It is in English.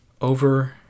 over